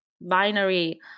binary